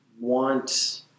want